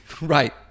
Right